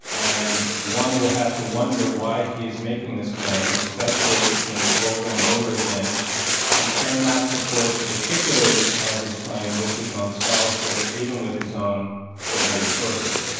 and one would have to wonder why he is making this claim, especially since over and over again he cannot support the particulars of his claim with his own scholarship, even with his own footnoted sources.